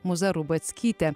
mūza rubackytė